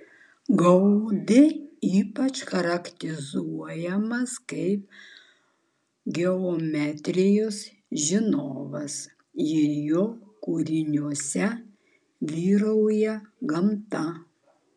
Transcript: gaudi ypač charakterizuojamas kaip geometrijos žinovas ir jo kūriniuose vyrauja gamta